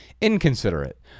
inconsiderate